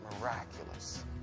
miraculous